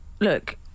look